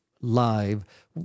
live